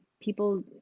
people